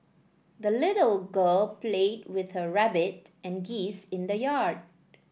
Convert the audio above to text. the little girl played with her rabbit and geese in the yard